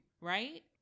right